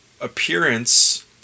appearance